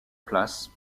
place